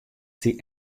stie